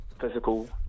physical